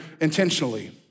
intentionally